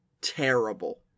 terrible